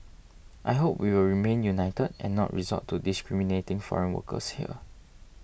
I hope we will remain united and not resort to discriminating foreign workers here